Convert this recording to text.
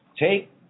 Take